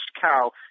cow